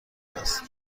است